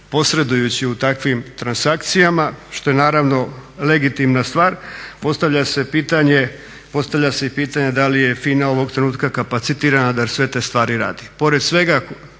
posredujući u takvim transakcijama što je naravno legitimna stvar. Postavlja se pitanje, postavlja se i pitanje da li je FINA ovog trenutka kapacitirana da sve te stvari radi.